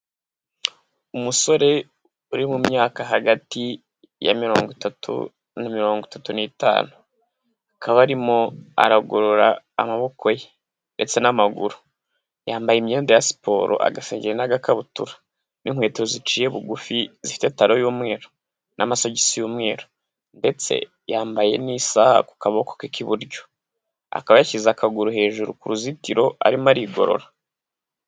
Umusore uri mu myaka hagati ya mirongo itatu na mirongo itatu n'itanu. Akaba arimo aragorora amaboko ye ndetse n'amaguru. Yambaye imyenda ya siporo, agasengeri n'agakabutura n'inkweto ziciye bugufi, zifite taro y'umweru n'amasogisi y'umweru ndetse yambaye n'isaha ku kaboko ke k'iburyo, akaba yashyize akaguru hejuru ku ruzitiro, arimo arigorora.